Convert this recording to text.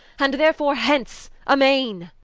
and therefore hence amaine